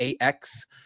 AX